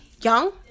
young